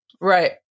Right